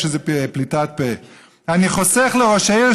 יש איזו פליטת פה: "אני חוסך לראש העיר,